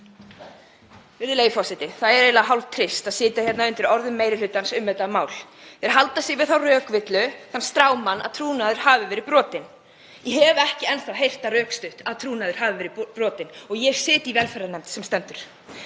Virðulegi forseti. Það er eiginlega hálftrist að sitja undir orðum meiri hlutans um þetta mál. Hann heldur sig við þá rökvillu, þann strámann, að trúnaður hafi verið brotin. Ég hef ekki enn þá heyrt það rökstutt að trúnaður hafi verið brotin og ég sit í velferðarnefnd sem stendur.